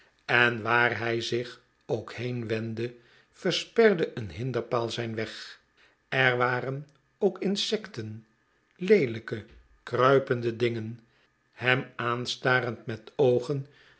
en waar hij zich ook heen wendde versperde een hinderpaal zijn weg er war'en ook insecten leelijke kruipende dingen hem aanstarend met oogen